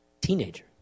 teenager